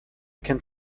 kennt